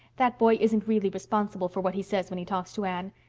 that boy isn't really responsible for what he says when he talks to anne.